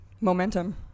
momentum